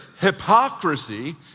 hypocrisy